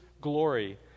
glory